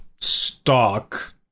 stock